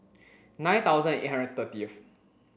nine thousand eight hundred thirtieth